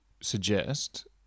suggest